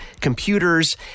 computers